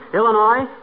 Illinois